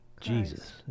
jesus